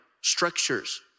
structures